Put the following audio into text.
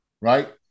right